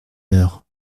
l’heure